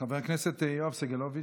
חבר הכנסת יואב סגלוביץ'.